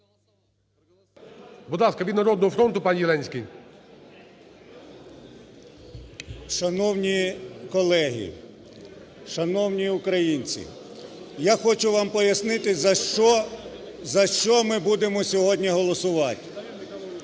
Шановні колеги, шановні українці, я хочу вам пояснити, за що ми будемо сьогодні голосувати.